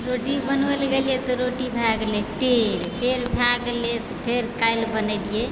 रोटी बनबै लए गेलियै तऽ रोटी भए गेलै टेढ़ टेढ़ भए गेलै तऽ फेर काल्हि बनेलियै